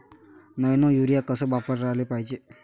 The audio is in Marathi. नैनो यूरिया कस वापराले पायजे?